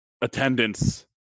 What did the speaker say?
attendance